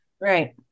Right